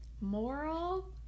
Moral